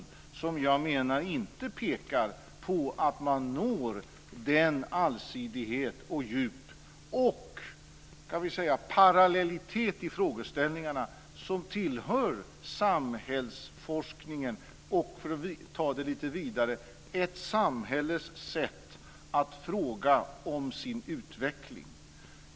Det är just det som jag menar inte pekar på att man når den allsidighet, det djup och den parallellitet i frågeställningarna som tillhör samhällsforskningen och - för att ta det lite vidare - ett samhälles sätt att fråga om sin utveckling.